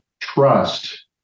trust